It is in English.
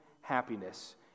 happiness